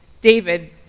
David